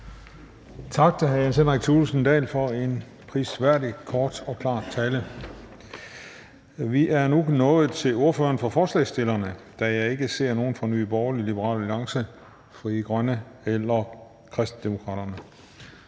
Tak til hr. Jens Henrik Thulesen Dahl for en prisværdig kort og klar tale. Vi er nu nået til ordføreren for forslagsstillerne, da jeg ikke ser nogen fra Nye Borgerlige, Liberal Alliance, Frie Grønne eller Kristendemokraterne.